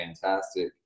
fantastic